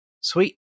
Sweet